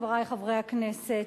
חברי חברי הכנסת,